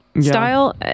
style